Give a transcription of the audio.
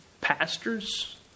Pastors